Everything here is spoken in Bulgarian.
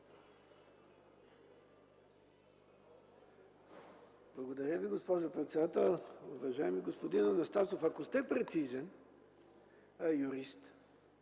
Благодаря Ви, госпожо председател. Уважаеми господин Анастасов, ако сте прецизен юрист,